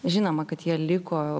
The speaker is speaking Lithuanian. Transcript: žinoma kad jie liko